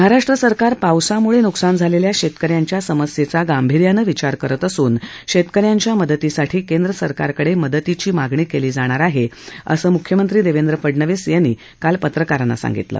महाराष्ट्र सरकार पावसामुळे नुकसान झालेल्या शेतक यांच्या समस्येचा गांभी र्यानं विचार करत असून शेतक यांच्या मदतीसाठी केंद्र सरकारकडे मदतीची मागणी केली जाणार आहे असं मुख्यमंत्री देवेंद्र फडणवीस यांनी पत्रकाराना सांगितलं